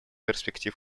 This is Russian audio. перспектив